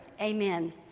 amen